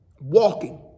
walking